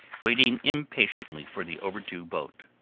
waiting impatiently for the overdue boat.